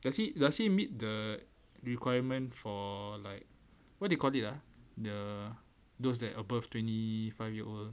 does he does he say the requirement for like what do you call it ah the those that above twenty five year old